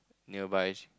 nearby